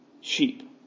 sheep